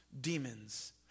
demons